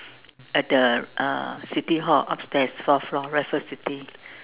at the uh city hall upstairs fourth floor Raffles City